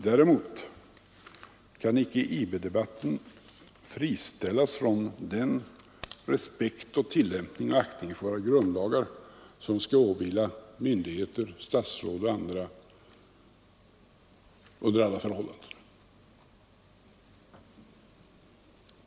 Däremot kan inte IB-debatten frikopplas från den respekt och aktning som myndigheter, statsråd och andra under alla omständigheter skall ha för våra grundlagar.